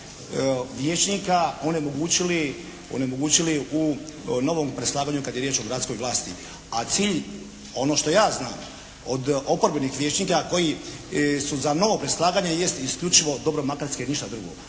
vijećnika onemogućili u novom preslaganju kad je riječ o gradskoj vlasti. A cilj, ono što ja znam od oporbenih vijećnika koji su za novo preslaganje jest isključivo dobro Makarske ništa drugo.